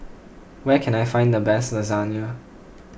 where can I find the best Lasagne